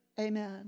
amen